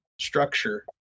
structure